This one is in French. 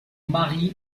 mari